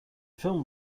film